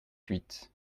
huit